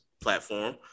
platform